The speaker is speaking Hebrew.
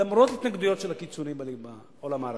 למרות התנגדויות של הקיצונים בעולם הערבי.